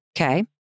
Okay